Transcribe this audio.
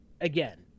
again